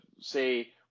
say